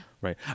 Right